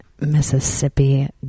Mississippi